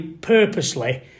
purposely